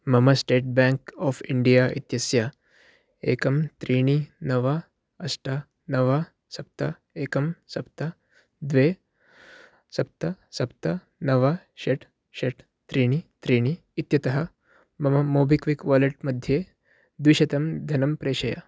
मम state bank of India इत्यस्य एकम् त्रीणि नव अष्ट नव सप्त एकम् सप्त द्वे सप्त सप्त नव षट् षट् त्रीणि त्रीणि इत्यतः मम मोबिक्विक् वालेट् मध्ये द्विशतं धनं प्रेषय